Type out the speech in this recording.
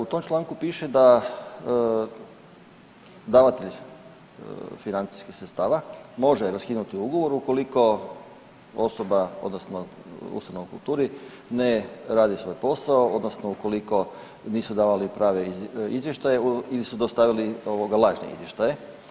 U tom članku piše da davatelj financijskih sredstava može raskinuti ugovor ukoliko osoba odnosno ustanova u kulturi ne radi svoj posao odnosno ukoliko nisu davali prave izvještaje ili su dostavili lažne izvještaje.